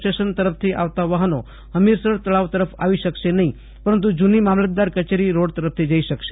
station તરફથી આવતા વાહનો હમીરસર તરફ આવી શકશે નહીં પરંતુ જુની મામલતદાર કચેરી રોડ તરફથી જઈ શકશે